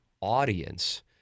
audience